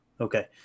Okay